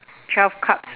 twelve cards